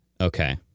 Okay